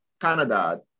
Canada